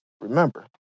Remember